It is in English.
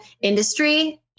industry